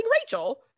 Rachel